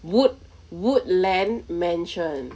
wood woodland mansion